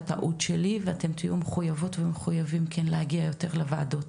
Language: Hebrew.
הטעות שלי ואתם תהיו מחויבים ומחויבות כן להגיע יותר לישיבות הוועדה.